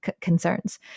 concerns